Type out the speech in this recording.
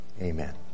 Amen